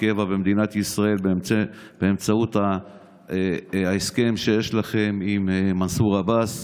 קבע במדינת ישראל באמצעות ההסכם שיש לכם עם מנסור עבאס,